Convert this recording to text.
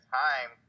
time